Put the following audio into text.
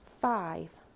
five